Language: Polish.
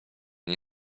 nie